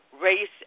Race